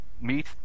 meet